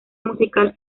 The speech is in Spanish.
musical